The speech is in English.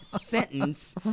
sentence